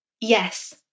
Yes